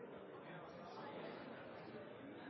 statsråden tydeligere si